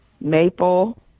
maple